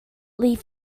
leave